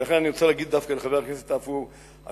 ולכן אני רוצה להגיד דווקא לחבר הכנסת עפו אגבאריה,